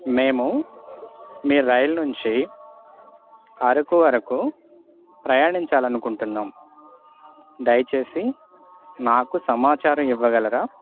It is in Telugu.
మేము మీ రైల్ నుంచి అరకు వరకు ప్రయాణించాలనుకుంటున్నాము దయచేసి నాకు సమాచారం ఇవ్వగలరా